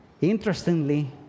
Interestingly